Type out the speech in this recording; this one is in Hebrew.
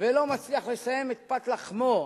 ולא מצליח לספק את פת לחמו,